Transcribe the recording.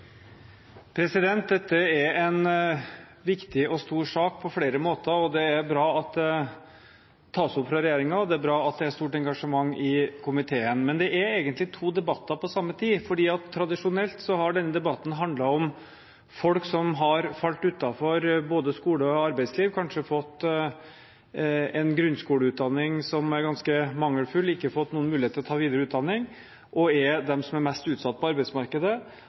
arbeidsliv. Dette er en viktig og stor sak på flere måter, og det er bra at det tas opp av regjeringen, og det er bra at det er et stort engasjement i komiteen. Men det er egentlig to debatter på samme tid, for tradisjonelt har denne debatten handlet om folk som har falt utenfor både skole og arbeidsliv, kanskje fått en grunnskoleutdanning som er ganske mangelfull, og ikke fått noen mulighet til å ta videre utdanning, og er de som er mest utsatt på arbeidsmarkedet.